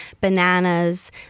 bananas